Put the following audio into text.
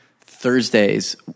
Thursdays